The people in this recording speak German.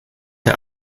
der